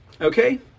Okay